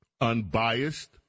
unbiased